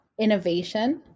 innovation